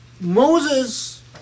Moses